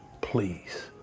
please